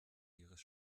ihres